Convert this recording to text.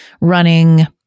running